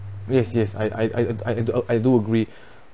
yes yes I I I d~ I d~ I do agree